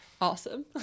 awesome